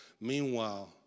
Meanwhile